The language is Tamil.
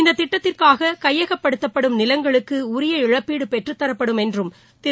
இந்த திட்டத்திற்காக கையகப்படுத்தப்படும் நிலங்களுக்கு உரிய இழப்பீடு பெற்றுத் தரப்படும் என்றும் திரு